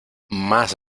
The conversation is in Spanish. más